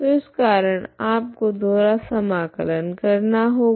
तो इस कारण आपको दोहरा समाकलन करना होगा